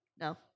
No